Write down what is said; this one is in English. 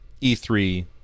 E3